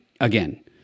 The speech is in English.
again